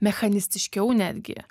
mechanistiškiau netgi